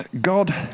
God